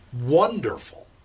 wonderful